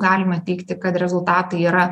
galima teigti kad rezultatai yra